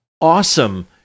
awesome